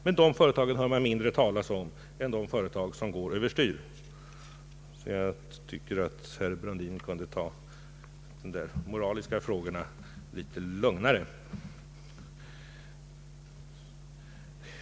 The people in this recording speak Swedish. Men dessa företag hör man mindre talas om än de företag som går över styr. Jag tycker därför att herr Brundin kan ta de moraliska frågorna litet lugnare.